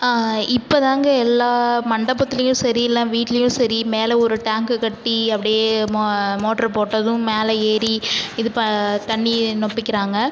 இப்போ தாங்க எல்லா மண்டபத்துலையும் சரி எல்லா வீட்லையும் சரி மேலே ஒரு டேங்க்கு கட்டி அப்படே மோ மோட்ரு போட்டதும் மேலே ஏறி இது ப தண்ணி நொப்பிக்கிறாங்க